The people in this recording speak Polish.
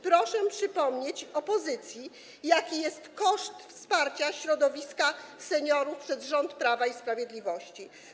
Proszę przypomnieć opozycji, jaki jest koszt wsparcia środowiska seniorów przez rząd Prawa i Sprawiedliwości.